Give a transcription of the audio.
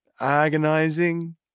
agonizing